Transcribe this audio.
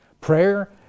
Prayer